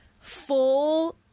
full